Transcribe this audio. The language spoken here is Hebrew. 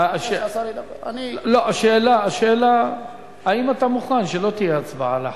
השאלה, האם אתה מוכן שלא תהיה הצבעה על החוק?